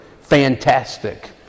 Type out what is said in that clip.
fantastic